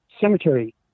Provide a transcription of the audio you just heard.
cemetery